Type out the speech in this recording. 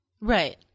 Right